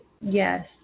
yes